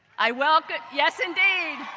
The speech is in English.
i welcome yes indeed.